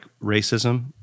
racism